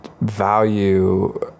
value